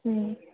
हूं